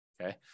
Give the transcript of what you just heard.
Okay